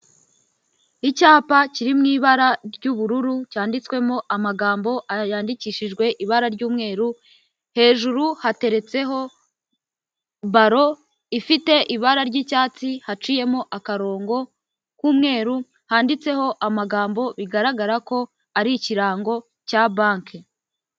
Icyapa kiri mu ibara ry'ubururu, cyanditswemo amagambo yandikishijwe ibara ry'umweru, hejuru hateretseho baro ifite ibara ry'icyatsi, haciyemo akarongo k'umweru, handitseho amagambo, bigaragara ko ari ikirango cya banke.